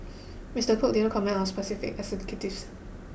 Mister Cook didn't comment on specific executives